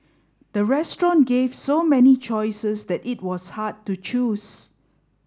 the restaurant gave so many choices that it was hard to choose